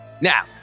Now